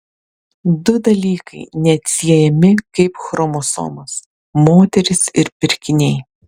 du dalykai neatsiejami kaip chromosomos moterys ir pirkiniai